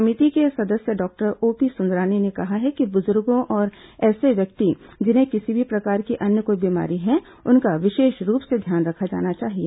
समिति के सदस्य डॉक्टर ओपी सुंदरानी ने कहा है कि बुजुर्गो और ऐसे व्यक्ति जिन्हें किसी भी प्रकार की अन्य कोई बीमारी है उनका विशेष रूप से ध्यान रखा जाना चाहिए